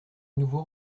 nouveau